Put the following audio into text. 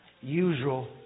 usual